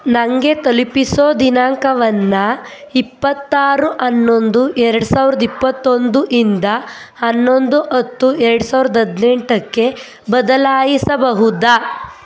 ನಂಗೆ ತಲುಪಿಸೋ ದಿನಾಂಕವನ್ನು ಇಪ್ಪತ್ತಾರು ಹನ್ನೊಂದು ಎರಡು ಸಾವಿರದ ಇಪ್ಪತ್ತೊಂದು ಇಂದ ಹನ್ನೊಂದು ಹತ್ತು ಎರಡು ಸಾವಿರದ ಹದಿನೆಂಟಕ್ಕೆ ಬದಲಾಯಿಸಬಹುದಾ